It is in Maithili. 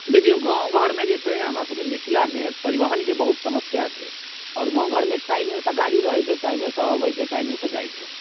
देखिऔ गामघरमे जे छै हमरासबके मिथिलामे परिवहनके बहुत समस्या छै आओर गामघरमे टाइमेसँ गाड़ी रहै छै टाइमेसँ अबै छै टाइमेसँ जाइ छै